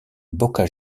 boca